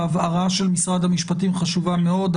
ההבהרה של משרד המשפטים חשובה מאוד,